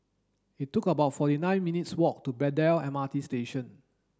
it took about forty nine minutes' walk to Braddell M R T Station